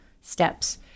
steps